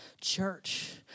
church